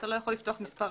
אתה לא יכול לפתוח מספרה.